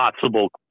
Possible